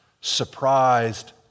Surprised